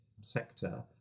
sector